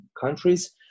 countries